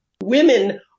Women